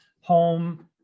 home